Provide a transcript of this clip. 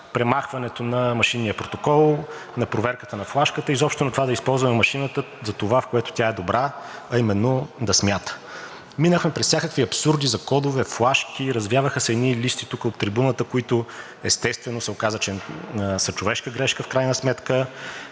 към премахването на машинния протокол, на проверката на флашката, изобщо на това да използваме машината за това, в което тя е добра, а именно да смята. Минахме през всякакви абсурди за кодове, флашки, развяваха се едни листи тук от трибуната, които, естествено, се оказа, че са човешка грешка в крайна сметка,